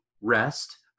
rest